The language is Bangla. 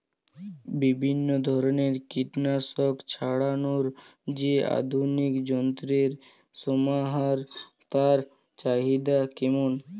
বিভিন্ন ধরনের কীটনাশক ছড়ানোর যে আধুনিক যন্ত্রের সমাহার তার চাহিদা কেমন?